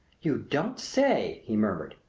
you don't say! he murmured.